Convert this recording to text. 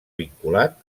vinculat